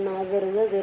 1 ಆದ್ದರಿಂದ 0